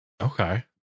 Okay